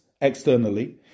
externally